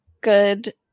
good